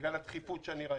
בגלל הדחיפות שאני ראיתי.